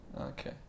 Okay